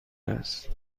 است